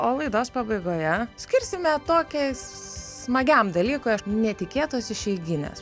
o laidos pabaigoje skirsime tokiai smagiam dalykui netikėtos išeiginės